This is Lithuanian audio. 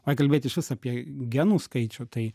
o jei kalbėt išvis apie genų skaičių tai